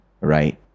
Right